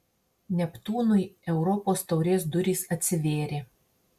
neptūnui europos taurės durys atsivėrė